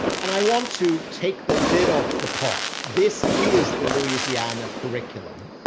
and i want to take the lid off the pot. this is the louisiana curriculum.